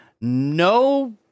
no